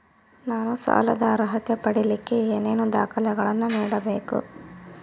ನಾನು ಸಾಲದ ಅರ್ಹತೆ ಪಡಿಲಿಕ್ಕೆ ಏನೇನು ದಾಖಲೆಗಳನ್ನ ನೇಡಬೇಕು?